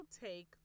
take